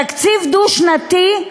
תקציב דו-שנתי,